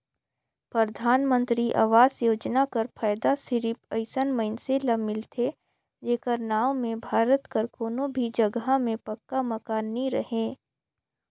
परधानमंतरी आवास योजना कर फएदा सिरिप अइसन मइनसे ल मिलथे जेकर नांव में भारत कर कोनो भी जगहा में पक्का मकान नी रहें